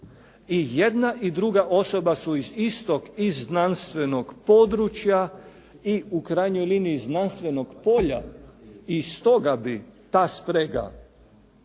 i jedna i druga osoba su iz istog, iz znanstvenog područja i u krajnjoj liniji znanstvenog polja i stoga bi ta sprega